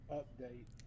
update